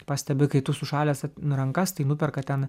pastebi kai tu sušalęs rankas tai nuperka ten